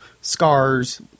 scars